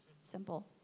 Simple